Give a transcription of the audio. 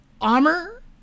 Armor